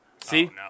See